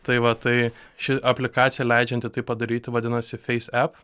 tai va tai ši aplikacija leidžianti tai padaryti vadinasi feis ep